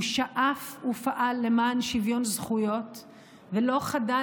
הוא שאף ופעל למען שוויון זכויות ולא חדל